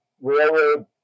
railroad